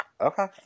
okay